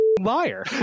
liar